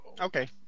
Okay